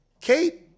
Kate